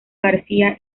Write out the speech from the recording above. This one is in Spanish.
garcía